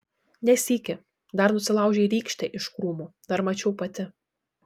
ne sykį dar nusilaužei rykštę iš krūmų dar mačiau pati